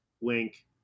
Wink